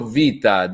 vita